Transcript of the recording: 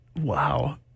Wow